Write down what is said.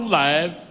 life